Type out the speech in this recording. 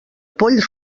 poll